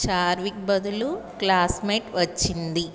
చార్విక్ బదులు క్లాస్మేట్ వచ్చింది